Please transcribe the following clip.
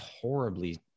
horribly